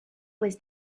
was